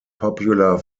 popular